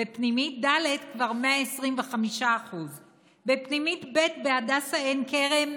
ובפנימית ד' כבר 125%; בפנימית ב' בהדסה עין כרם,